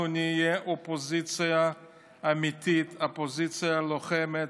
אנחנו נהיה אופוזיציה אמיתית, אופוזיציה לוחמת,